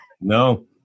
No